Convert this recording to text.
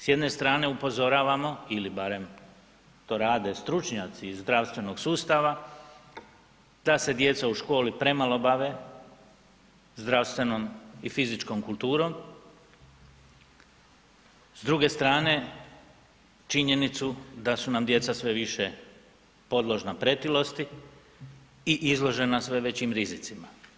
S jedne strane upozoravamo ili barem to rade stručnjaci iz zdravstvenog sustava da se djeca u školi premalo bave zdravstvenom i fizičkom kulturnom, s druge strane činjenicu da su nam djeca sve više podložna pretilosti i izložena sve većim rizicima.